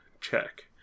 check